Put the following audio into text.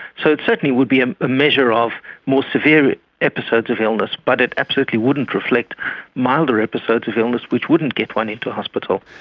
so it certainly would be a measure of more severe episodes of illness, but it absolutely wouldn't reflect milder episodes of illness which wouldn't get one into hospital.